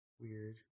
Weird